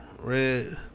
red